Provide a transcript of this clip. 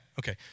Okay